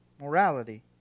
Morality